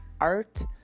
art